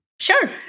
Sure